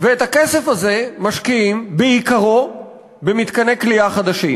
ואת הכסף הזה משקיעים בעיקרו במתקני כליאה חדשים.